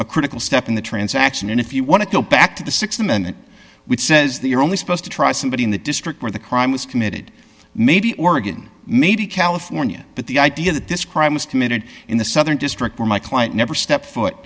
a critical step in the transaction and if you want to go back to the th amendment which says that you're only supposed to try somebody in the district where the crime was committed maybe oregon maybe california but the idea that this crime was committed in the southern district where my client never stepped foot